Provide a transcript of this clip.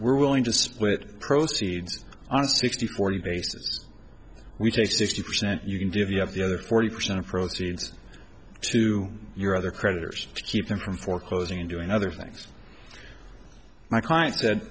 we're willing to split the proceeds on a sixty forty basis we take sixty percent you can give you have the other forty percent of proceeds to your other creditors keep them from foreclosing and doing other things my clients that